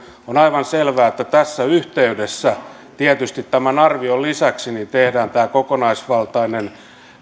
on aivan selvää että tässä yhteydessä tietysti tämän arvion lisäksi tehdään tämä kokonaisvaltainen